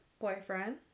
boyfriend